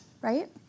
right